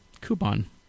coupon